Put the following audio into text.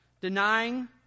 denying